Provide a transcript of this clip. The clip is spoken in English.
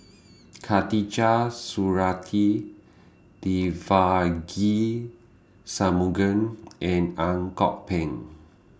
Khatijah Surattee Devagi Sanmugam and Ang Kok Peng